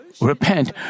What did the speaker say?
repent